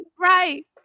right